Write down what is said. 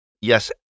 yes